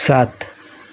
सात